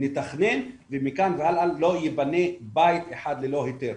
נתכנן ומכאן והלאה לא ייבנה בית אחד ללא היתר.